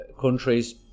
countries